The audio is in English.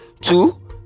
two